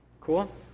Cool